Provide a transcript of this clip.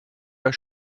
are